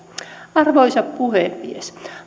arvoisa puhemies